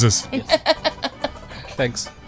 Thanks